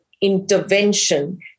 intervention